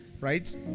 right